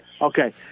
Okay